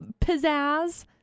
pizzazz